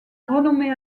renommée